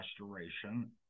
restoration